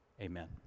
Amen